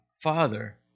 Father